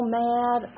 mad